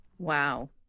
Wow